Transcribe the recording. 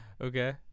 Okay